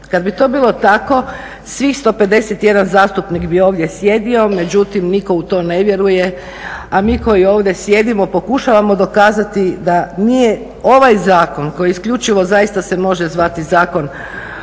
Kad bi to bilo tako svih 151 zastupnik bi ovdje sjedio, međutim nitko u to ne vjeruje, a mi koji ovdje sjedimo pokušavamo dokazati da nije ovaj zakon koji je isključivo zaista se može zvati Zakon